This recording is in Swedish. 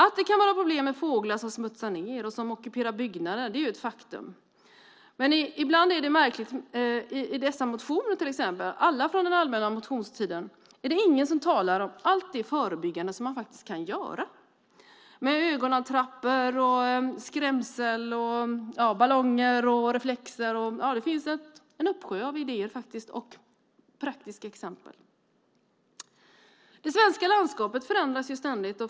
Att det kan vara problem med fåglar som smutsar ned och som ockuperar byggnader är ett faktum, men det märkliga i dessa motioner, alla från allmänna motionstiden, är att ingen talar om allt det förebyggande som man kan göra med ögonattrapper, skrämsel, ballonger, reflexer. Det finns en uppsjö av idéer och praktiska exempel. Det svenska landskapet förändras ständigt.